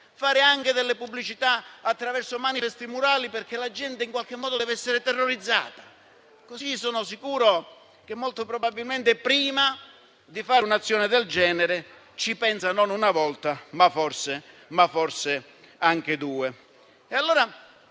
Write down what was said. fare anche delle pubblicità attraverso manifesti murali, perché la gente in qualche modo deve essere terrorizzata. Così saremmo sicuri che, molto probabilmente, prima di fare un'azione del genere ci si pensi non una volta, ma forse due.